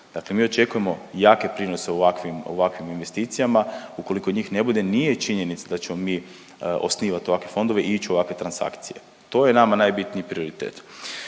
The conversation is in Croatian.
Dakle, mi očekujemo jake prinose u ovakvim investicijama. Ukoliko njih ne bude nije činjenica da ćemo mi osnivati ovakve fondove i ići u ovakve transakcije. To je nama najbitniji prioritet.